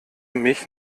mich